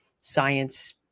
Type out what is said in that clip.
science